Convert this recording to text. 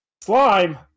Slime